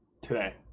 today